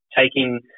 taking